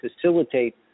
facilitate